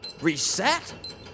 reset